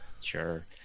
Sure